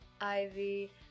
Ivy